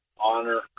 honor